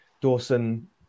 Dawson